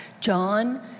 John